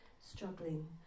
struggling